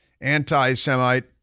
anti-Semite